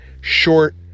short